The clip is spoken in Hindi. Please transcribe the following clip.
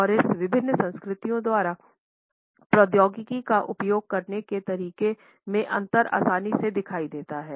और इस विभिन्न संस्कृतियों द्वारा प्रौद्योगिकी का उपयोग करने के तरीके में अंतर आसानी से दिखाई देता है